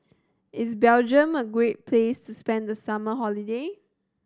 is Belgium a great place to spend the summer holiday